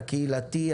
הקהילתי,